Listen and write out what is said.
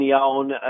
Own